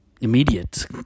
immediate